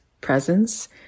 presence